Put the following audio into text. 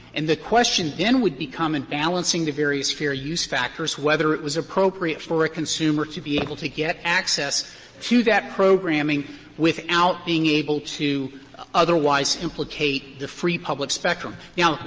and the question then would become in balancing the fair use factors whether it was appropriate for a consumer to be able to get access to that programming without being able to otherwise implicate the free public spectrum. yeah